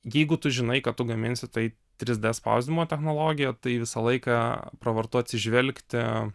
jeigu tu žinai kad tu gaminsi tai trys d spausdinimo technologija tai visą laiką pravartu atsižvelgti